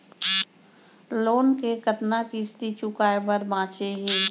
Loan के कतना किस्ती चुकाए बर बांचे हे?